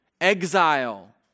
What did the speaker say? exile